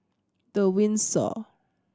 The Windsor